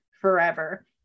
forever